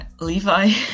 Levi